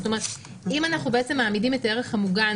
אם אנחנו מעמידים את הערך המוגן